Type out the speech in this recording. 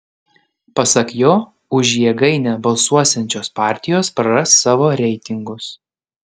pasak jo už jėgainę balsuosiančios partijos praras savo reitingus